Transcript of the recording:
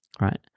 right